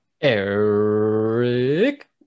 eric